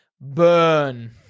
Burn